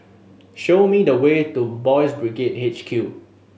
show me the way to Boys' Brigade H Q